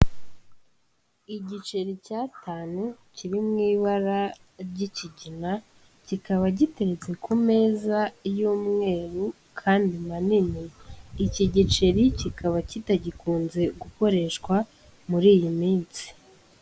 Igiceri cy'atanu kiri mu ibara ry'ikigina kikaba giteretse ku meza y'umweru kandi manini, iki giceri kikaba kitagikunze gukoreshwa muri iyi minsi.